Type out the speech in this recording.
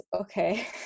okay